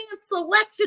selection